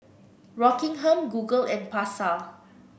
Rockingham Google and Pasar